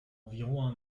environ